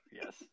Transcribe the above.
yes